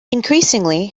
increasingly